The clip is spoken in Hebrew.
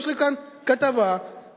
יש לי כאן כתבה ב-Ynet,